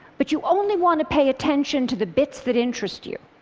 but you only want to pay attention to the bits that interest you.